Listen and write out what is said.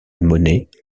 monnaie